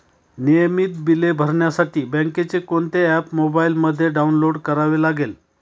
नियमित बिले भरण्यासाठी बँकेचे कोणते ऍप मोबाइलमध्ये डाऊनलोड करावे लागेल?